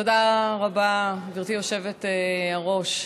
תודה רבה, גברתי היושבת-ראש.